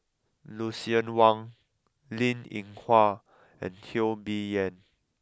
Lucien Wang Linn In Hua and Teo Bee Yen